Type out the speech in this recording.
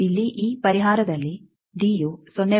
ಆದ್ದರಿಂದ ಇಲ್ಲಿ ಈ ಪರಿಹಾರದಲ್ಲಿ ಡಿಯು 0